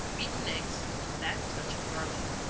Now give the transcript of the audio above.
beaten eggs and that touch of garlic.